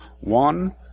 one